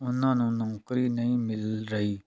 ਉਹਨਾਂ ਨੂੰ ਨੌਕਰੀ ਨਹੀਂ ਮਿਲ ਰਹੀ